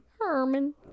Herman